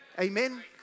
Amen